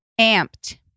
Amped